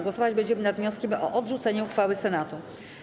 Głosować będziemy nad wnioskiem o odrzucenie uchwały Senatu.